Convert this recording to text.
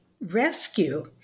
rescue